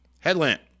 Headlamp